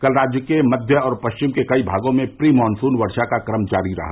कल राज्य के मध्य और पश्चिम के कई भागों में प्री मानसून वर्षा का क्रम जारी रहा